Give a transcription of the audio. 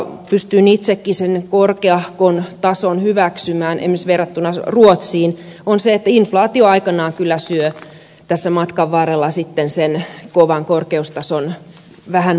pystyn itsekin hyväksymään sen korkeahkon tason esimerkiksi verrattuna ruotsiin sillä perusteella että inflaatio aikanaan kyllä syö tässä matkan varrella sen kovan korkeustason vähän matalammaksi